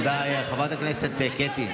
תודה, חברת הכנסת קטי.